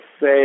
say